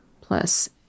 plus